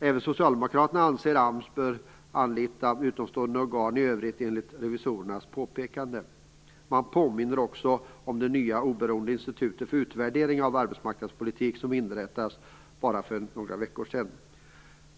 Även socialdemokraterna anser att AMS bör anlita utomstående organ i enlighet med revisorernas påpekande. Man påminner också om det nya oberoende institutet för utvärdering av arbetsmarknadspolitik som inrättades för bara några veckor sedan.